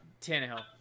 Tannehill